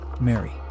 Mary